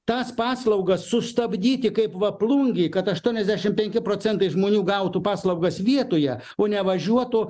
tas paslaugas sustabdyti kaip va plungėj kad aštuoniasdešimt penki procentai žmonių gautų paslaugas vietoje o nevažiuotų